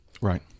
Right